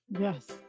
Yes